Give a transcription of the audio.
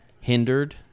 hindered